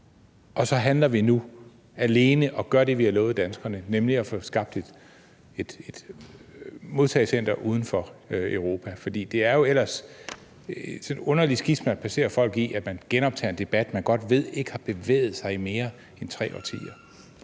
og så handler vi nu alene og gør det, vi har lovet danskerne, nemlig at få skabt et modtagecenter uden for Europa. For ellers er det jo sådan et underligt skisma at placere folk i, når man genoptager en debat, man godt ved ikke har bevæget sig i mere end tre årtier.